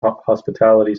hospitality